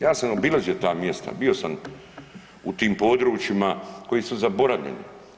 Ja sam obilazio ta mjesta, bio sam u tim područjima koji su zaboravljeni.